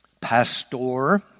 Pastor